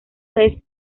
vez